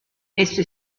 esso